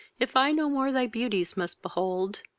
if i no more thy beauties must behold,